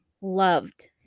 loved